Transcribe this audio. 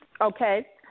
Okay